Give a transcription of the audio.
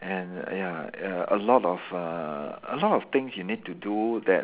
and ya ya a lot of uh a lot of things you need to do that